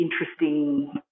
interesting